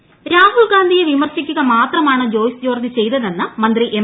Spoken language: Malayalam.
മണി രാഹുൽ ഗാന്ധിയെ വിമർശിക്കുക മാത്രമാണ് ജോയിസ് ജോർജ് ചെയ്തതെന്ന് മന്ത്രി എം